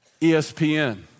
ESPN